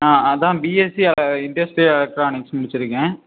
அதான் BSc industrial electronics முடிச்சியிருக்கேன்